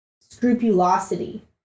scrupulosity